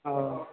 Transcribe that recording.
हँ